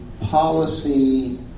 policy